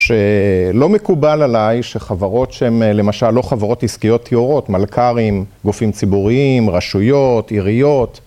שלא מקובל עליי שחברות שהן למשל לא חברות עסקיות טהורות - מלכ"רים, גופים ציבוריים, רשויות, עיריות.